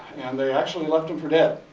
and they actually left them for dead.